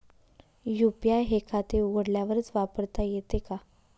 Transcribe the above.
UPI हे खाते उघडल्यावरच वापरता येते का?